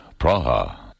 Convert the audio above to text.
Praha